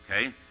okay